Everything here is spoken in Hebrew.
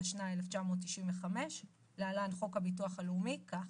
התשנ"ה 1995‏ (להלן, חוק הביטוח הלאומי), כך: